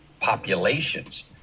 populations